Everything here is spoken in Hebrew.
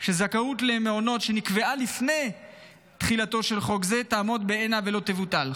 שזכאות למעונות שנקבעה לפני תחילתו של חוק זה תעמוד בעינה ולא תבוטל.